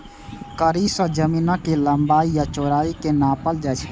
कड़ी सं जमीनक लंबाइ आ चौड़ाइ कें नापल जाइ छै